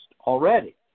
already